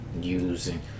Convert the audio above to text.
using